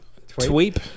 Tweep